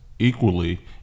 Equally